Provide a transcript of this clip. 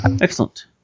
Excellent